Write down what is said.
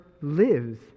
lives